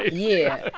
yeah,